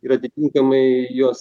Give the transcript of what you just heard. ir atitinkamai juos